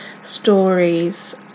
stories